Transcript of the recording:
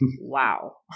wow